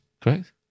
Correct